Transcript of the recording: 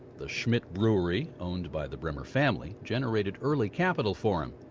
the schmidt brewery, owned by the bremer family, generated early capital for him.